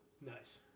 Nice